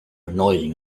annoying